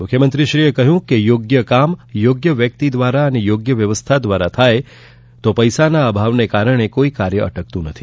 મુખ્યમંત્રીશ્રીએ કહ્યું કે યોગ્ય કામ યોગ્ય વ્યકિત દ્વારા યોગ્ય વ્યવસ્થા દ્વારા થાય તો પૈસાના અભાવને કારણે કોઈ કાર્ય અટકતું નથી